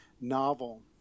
novel